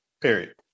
period